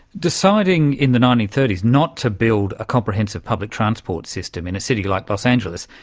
deciding in the nineteen thirty s not to build a comprehensive public transport system in a city like los angeles,